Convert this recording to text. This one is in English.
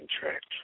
contract